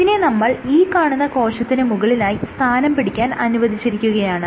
ഇതിനെ നമ്മൾ ഈ കാണുന്ന കോശത്തിന് മുകളിൽ സ്ഥാനം പിടിക്കാൻ അനുവദിച്ചിരിക്കുകയാണ്